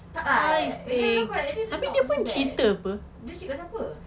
tak lah if I remember correctly dia not so bad dia cakap siapa